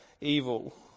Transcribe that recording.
evil